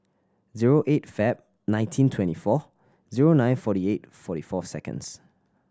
zero eight Feb nineteen twenty four zero nine forty eight forty four seconds